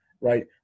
right